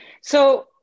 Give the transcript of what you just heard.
So-